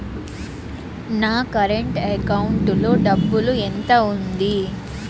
నా current account లో డబ్బులు ఎంత ఉంది?